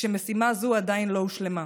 כשמשימה זו עדיין לא הושלמה,